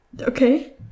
Okay